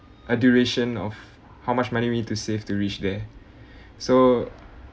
a duration of how much money we need to save to reach there so